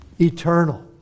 eternal